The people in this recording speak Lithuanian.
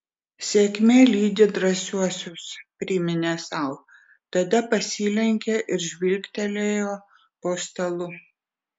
sėkmė lydi drąsiuosius priminė sau tada pasilenkė ir žvilgtelėjo po stalu